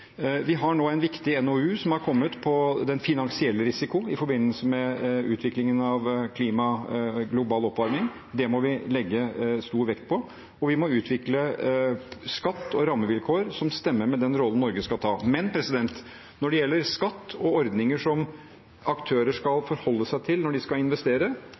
Det har nå kommet en viktig NOU om den finansielle risikoen i forbindelse med utviklingen av global oppvarming. Det må vi legge stor vekt på, og vi må utvikle skatt og rammevilkår som stemmer med den rollen Norge skal ta. Men når det gjelder skatt og ordninger som aktører skal forholde seg til når de skal investere,